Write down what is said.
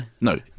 no